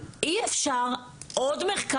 ואני ביקרתי בהרבה מאוד בתי אבות ודיור מוגן כי זה